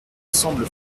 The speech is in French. semble